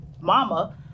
mama